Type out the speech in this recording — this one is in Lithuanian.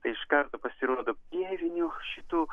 tai iš karto pasirodo pierinių šitų